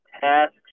tasks